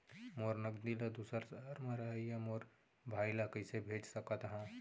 मोर नगदी ला दूसर सहर म रहइया मोर भाई ला कइसे भेज सकत हव?